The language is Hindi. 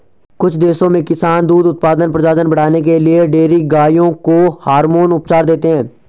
कुछ देशों में किसान दूध उत्पादन, प्रजनन बढ़ाने के लिए डेयरी गायों को हार्मोन उपचार देते हैं